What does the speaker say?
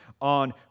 on